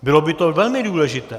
Bylo by to velmi důležité.